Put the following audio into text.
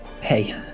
Hey